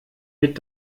mit